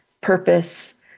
purpose